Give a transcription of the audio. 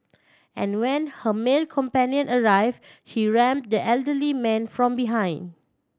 and when her male companion arrived she rammed the elderly man from behind